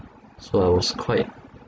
so I was quite